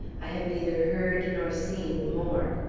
i have neither heard nor seen more.